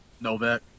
Novak